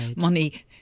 money